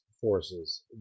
forces